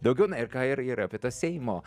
daugiau na ir ką ir ir apie tą seimo